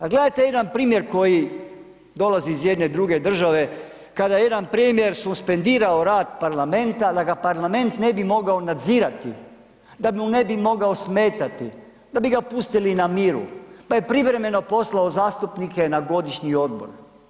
Ali gledajte jedan primjer koji dolazi iz jedne druge države kada je jedan premijer suspendirao rad parlamenta da ga parlament ne bi mogao nadzirati, da mu ne bi mogao smetati, da bi ga pustili na miru, pa je privremeno poslao zastupnike na godišnji odmor.